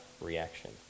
reaction